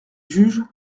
juge